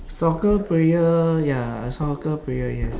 soccer player ya soccer player yes